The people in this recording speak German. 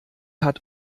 hat